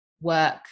work